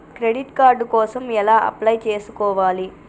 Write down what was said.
Credit card కోసం ఎలా apply చేసుకోవాలి?